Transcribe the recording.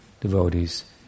devotees